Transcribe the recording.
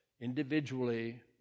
individually